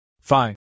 Fine